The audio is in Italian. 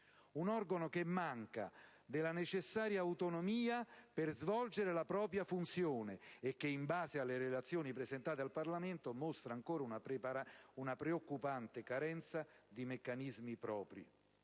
un organo cui manca, inoltre, la necessaria autonomia per svolgere la propria funzione e che, in base alle relazioni presentate al Parlamento, mostra anche una preoccupante carenza di meccanismi propri